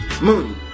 Mooney